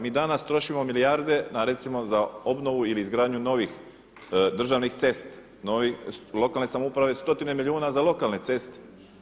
Mi danas trošimo milijarde na recimo za obnovu ili izgradnju novih državnih cesta, nove lokalne samouprave stotine milijuna za lokalne ceste.